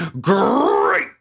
great